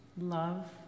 love